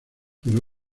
pero